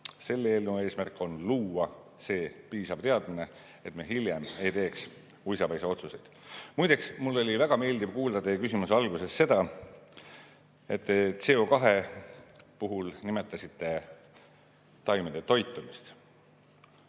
Selle eelnõu eesmärk on luua see piisav teadmine, et me hiljem ei teeks uisapäisa otsuseid. Muide, mul oli väga meeldiv kuulda teie küsimuse alguses seda, et te CO2puhul nimetasite taimede toitumist.